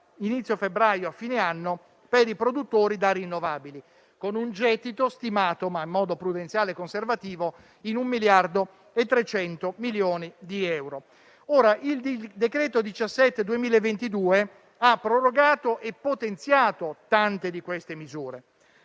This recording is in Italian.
inizio febbraio a fine anno, per i produttori da rinnovabili, con un gettito stimato, in modo prudenziale e conservativo, pari a 1,3 miliardi di euro. Ora, il decreto-legge n. 17 del 2022 ha prorogato e potenziato tante di queste misure.